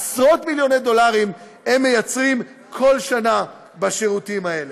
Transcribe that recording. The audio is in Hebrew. עשרות מיליוני דולרים הם מייצרים כל שנה בשירותים האלה.